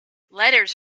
letters